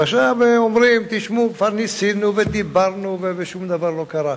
עכשיו אומרים: כבר ניסינו ודיברנו ושום דבר לא קרה,